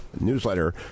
Newsletter